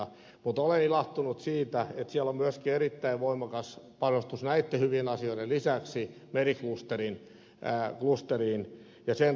mutta olen ilahtunut siitä että siellä on myöskin erittäin voimakas panostus näitten hyvien asioiden lisäksi meriklusteriin ja sen toimintakykyyn